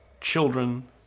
children